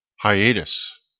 Hiatus